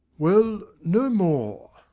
well, no more.